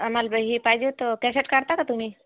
आम्हाला ब हे पाहिजे होतं कॅसेट काढता का तुम्ही